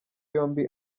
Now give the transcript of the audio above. yombi